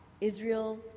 Israel